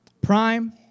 Prime